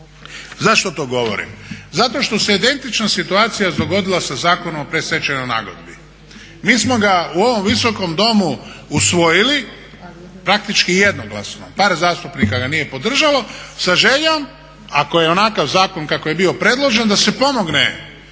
Zašto to govorim? Zato što se identična situacija dogodila sa Zakonom o predstečajnoj nagodbi. Mi smo ga u ovom Visokom domu usvojili praktički jednoglasno, par zastupnika ga nije podržalo, sa željom ako je onakav zakon kako je bio predložen da se pomogne